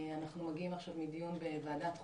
אנחנו מגיעים עכשיו מדיון בוועדת חוקה,